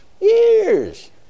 years